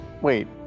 Wait